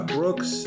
Brooks